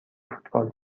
فوتبال